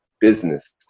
business